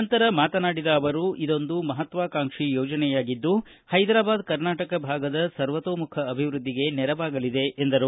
ನಂತರ ಮಾತನಾಡಿದ ಅವರು ಇದೊಂದು ಮಹತ್ವಾಕಾಂಕ್ಷಿ ಯೋಜನೆಯಾಗಿದ್ದು ಹೈದರಾಬಾದ್ ಕರ್ನಾಟಕ ಭಾಗದ ಸರ್ವತೋಮುಖ ಅಭಿವೃದ್ದಿಗೆ ನೆರವಾಗಲಿದೆ ಎಂದರು